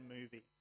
movie